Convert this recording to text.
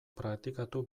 praktikatu